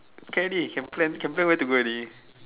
can already can plan can plan where to go already